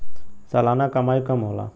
सलाना कमाई कम होला